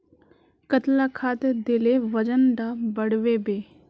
कतला खाद देले वजन डा बढ़बे बे?